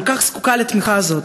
כל כך זקוקה לתמיכה הזאת,